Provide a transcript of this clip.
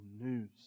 news